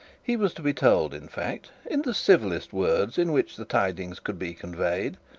he was to be told in fact in the civilest words in which the tidings could be conveyed,